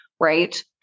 right